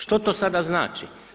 Što to sada znači?